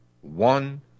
one